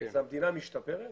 המדינה משתפרת.